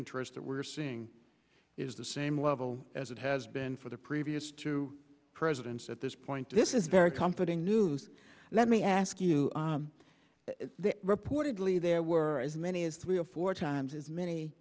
interest that we're seeing is the same level as it has been for the previous two presidents at this point this is very comforting news let me ask you there reportedly there were as many as three of four times as many